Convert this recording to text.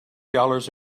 dollars